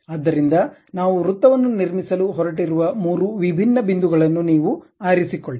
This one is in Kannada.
ಆದ್ದರಿಂದ ನಾವು ವೃತ್ತವನ್ನು ನಿರ್ಮಿಸಲು ಹೊರಟಿರುವ ಮೂರು ವಿಭಿನ್ನ ಬಿಂದುಗಳನ್ನು ನೀವು ಆರಿಸಿಕೊಳ್ಳಿ